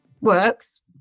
works